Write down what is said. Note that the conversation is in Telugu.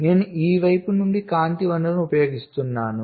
నేను ఈ వైపు నుండి కాంతి వనరును ఉపయోగిస్తున్నాను